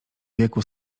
wieku